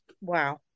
Wow